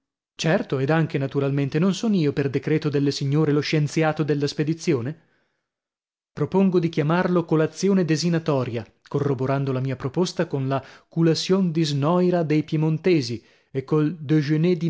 certo ed anche naturalmente non son io per decreto delle signore lo scienziato della spedizione propongo di chiamarlo colazione desinatoria corroborando la mia proposta con la coulassion disnoira dei piemontesi e col